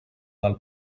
del